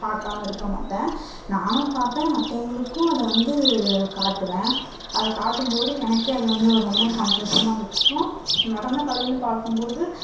பார்க்காம இருக்க மாட்டேன் நானும் பார்ப்பன் மற்றவங்களுக்கும் அதை வந்து காட்டுவேன் அதை காட்டும்போது எனக்கே அது வந்து ரொம்ப சந்தோஷமாக இருக்கும் நடனக்கலைன்னு பார்க்கும்போது